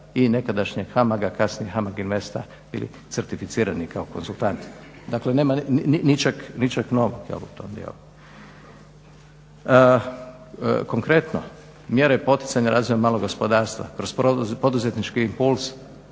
i nekadašnjeg HAMAG-a kasnije HAMAG INVEST-a bili certificirani kao konzultanti. Dakle nema ničeg novog u tom dijelu. Konkretno, mjere poticanja razvoja malog gospodarstva kroz poduzetnički impuls